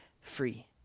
free